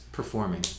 performing